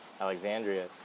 Alexandria